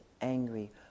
angry